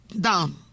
down